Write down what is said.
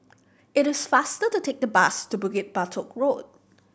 it is faster to take the bus to Bukit Batok Road